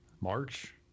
March